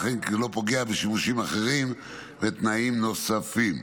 וכן שלא פוגע בשימושים אחרים ותנאים נוספים.